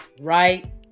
Right